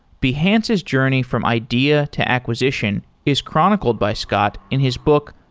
behance's journey from idea to acquisition is chronicled by scott in his book,